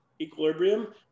equilibrium